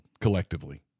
collectively